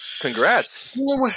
congrats